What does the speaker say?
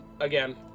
again